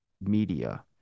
media